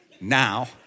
now